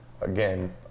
again